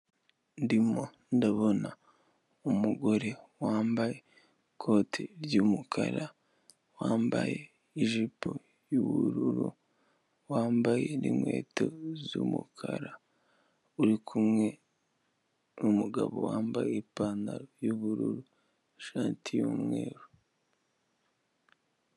Ndimo ndabona umugore wambaye ikote ry'umukara wambaye ijipo y'ubururu wambaye n'inkweto z'umukara uri kumwe n'umugabo wambaye ipantaro y'ubururu ishati y'umweru.